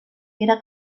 era